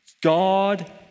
God